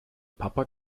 papa